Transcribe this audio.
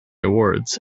awards